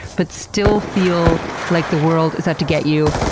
but still feel like the world is out to get you,